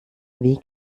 wie